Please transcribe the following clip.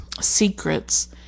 secrets